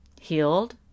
healed